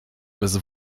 bez